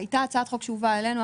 הייתה הצעת חוק שהובאה אלינו,